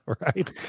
Right